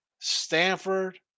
Stanford